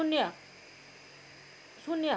शून्य शून्य